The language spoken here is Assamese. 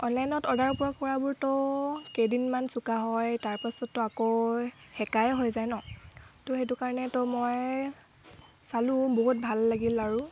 অনলাইনত অৰ্ডাৰ কৰাবোৰতো কেইদিনমান চোকা হয় তাৰপাছততো আকৌ হেকাই হৈ যায় ন তো সেইটো কাৰণে তো মই চালোঁ বহুত ভাল লাগিল আৰু